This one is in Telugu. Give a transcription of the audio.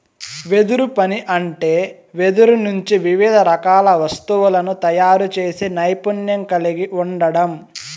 వెదురు పని అంటే వెదురు నుంచి వివిధ రకాల వస్తువులను తయారు చేసే నైపుణ్యం కలిగి ఉండడం